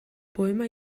poema